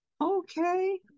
Okay